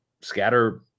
scatter